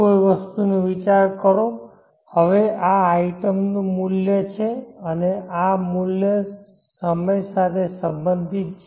કોઈ વસ્તુનો વિચાર કરો હવે આ આઇટમનું મૂલ્ય છે અને આ મૂલ્ય સમય સાથે સંબંધિત છે